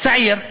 צעיר מכפר-כנא,